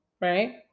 right